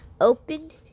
opened